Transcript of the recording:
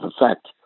effect